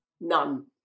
none